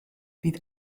bydd